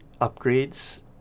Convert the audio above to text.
upgrades